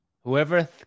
whoever